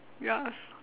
yes